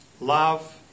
love